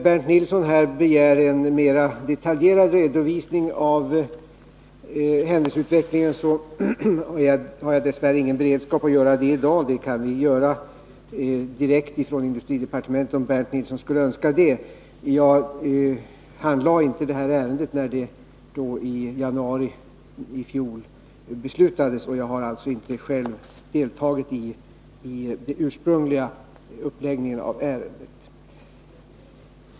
Bernt Nilsson begär en mer detaljerad redovisning av händelseutvecklingen. Jag har dess värre ingen beredskap för att komma med det i dag. Vi kan göra det direkt från departementet om Bernt Nilsson skulle önska det. Jag handlade inte det här ärendet när beslutet fattades i januari i fjol, och jag har alltså inte själv deltagit i den ursprungliga uppläggningen av ärendet.